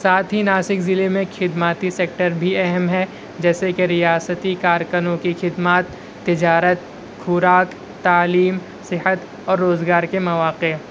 ساتھ ہی ناسک ضلع میں خدماتی سیکٹر بھی اہم ہیں جیسے کہ ریاستی کارکنوں کی خدمات تجارت خوراک تعلیم صحت اور روزگار کے مواقع